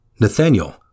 Nathaniel